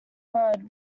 word